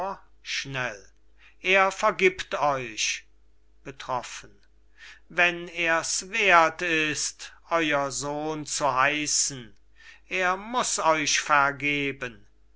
er vergibt euch betroffen wenn er's werth ist euer sohn zu heissen er muß euch vergeben